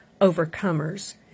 overcomers